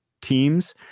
teams